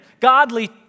godly